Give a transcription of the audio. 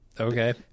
Okay